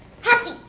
Happy